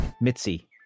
Mitzi